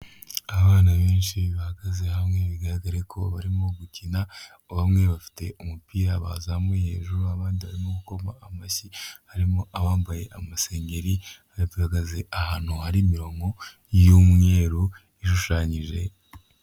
Abana benshi bahagaze hamwe bigaragare ko barimo gukina, bamwe bafite umupira bazamuye hejuru abandi barimo gukoma amashyi, harimo abambaye amasengeri bahagaze ahantu hari mirongo y'umweru ishushanyije.